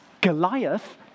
Goliath